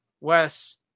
Wes